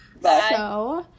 Bye